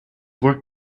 work